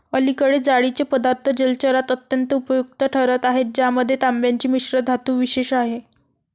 अलीकडे जाळीचे पदार्थ जलचरात अत्यंत उपयुक्त ठरत आहेत ज्यामध्ये तांब्याची मिश्रधातू विशेष आहे